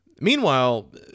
Meanwhile